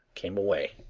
came away.